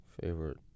favorite